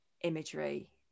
imagery